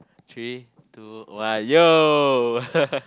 three two one yo